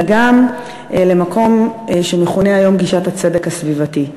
אלא גם במקום שמכונה היום "גישת הצדק הסביבתי".